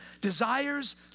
desires